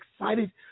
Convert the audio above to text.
excited